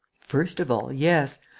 first of all, yes.